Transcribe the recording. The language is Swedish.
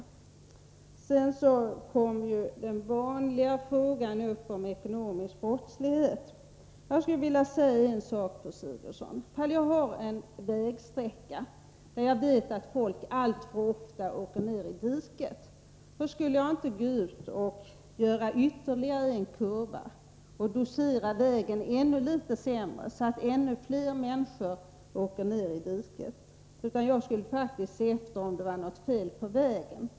Frågan om ekonomisk brottslighet kom som vanligt upp i det här sammanhanget. Jag skulle därför vilja säga följande till fru Sigurdsen: Om jag svarar för en vägsträcka och vet att folk alltför ofta åker ner i diket där, då gör jag naturligtvis inte ytterligare en kurva eller doserar vägen så att den blir ännu sämre och att ännu fler människor åker ner i diket. Jag skulle faktiskt se efter om det var något fel på vägen.